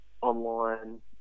online